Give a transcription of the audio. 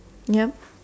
ya